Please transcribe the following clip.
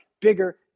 Bigger